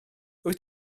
wyt